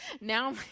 now